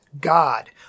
God